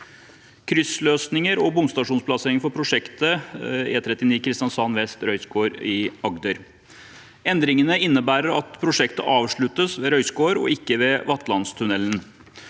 kryssløsninger og bomstasjonsplassering for prosjektet E39 Kristiansand vest– Røyskår i Agder. Endringene innebærer at prosjektet avsluttes ved Røyskår og ikke ved Vatlandstunnelen.